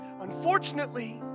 Unfortunately